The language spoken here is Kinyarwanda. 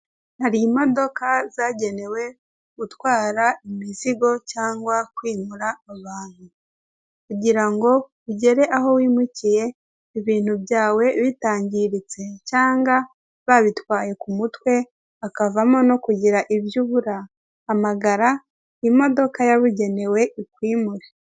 Hari imodoka zagenewe gutwara imizigo cyangwa kwimura abantu. Kugira ngo ugere aho wimukiye ibintu byawe bitangiritse, cyangwa babitwaye ku mutwe, hakavamo no kugira ibyo ubu, hamagara imodoka yabugenewe ikwimure.